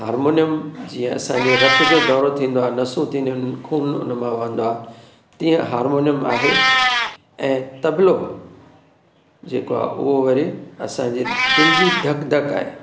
harmonium जीअं असांजे रत जो दौरो थींदो आहे नसूं थींदियूं आहिनि खून उन मां वहंदो आहे तीअं हारमोनियम आहे ऐं तबलो जेको आहे उहो वरी असांजे दिलि जी धक धक आहे